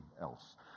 else